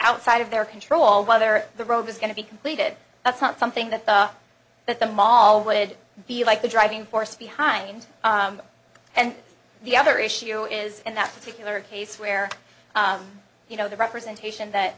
outside of their control whether the road is going to be completed that's not something that that the mall would be like the driving force behind them and the other issue is in that particular case where you know the representation that